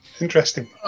Interesting